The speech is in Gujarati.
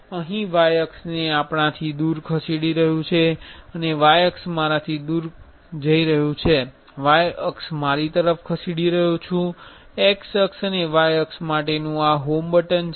આ Y અક્ષને આપણાથી દૂર ખસેડી રહ્યું છે અને Y અક્ષ મારાથી દૂર ખસેડી રહ્યું છે Y અક્ષ મારી તરફ ખસેડી રહ્યું છે X અક્ષ અને Y અક્ષ માટેનું આ હોમ બટન છે